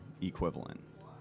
equivalent